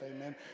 Amen